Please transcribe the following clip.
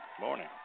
Morning